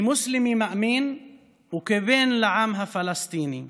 כמוסלמי מאמין וכבן לעם הפלסטיני,